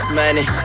money